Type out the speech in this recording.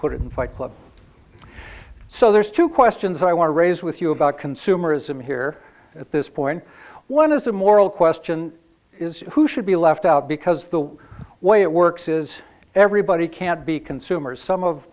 put it in fight club so there's two questions i want to raise with you about consumerism here at this point one is a moral question is who should be left out because the way it works is everybody can't be consumers some of